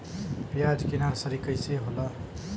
प्याज के नर्सरी कइसे होला?